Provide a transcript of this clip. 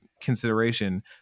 consideration